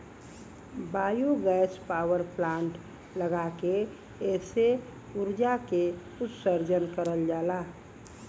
biogas power plant लगा के एसे उर्जा के उत्सर्जन करल जाला